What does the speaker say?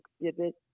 exhibit